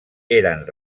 eren